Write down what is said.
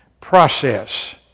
process